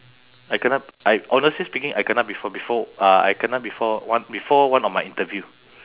I kena I honestly speaking I kena before before uh I kena before one before one of my interview